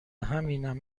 همینم